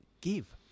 give